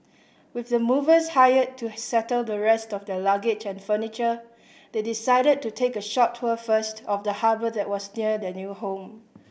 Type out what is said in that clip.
with the movers hired to settle the rest of their luggage and furniture they decided to take a short tour first of the harbour that was near their new home